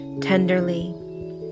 tenderly